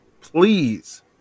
please